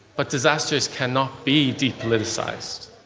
but disasters cannot be depoliticised.